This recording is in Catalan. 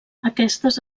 aquestes